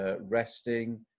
resting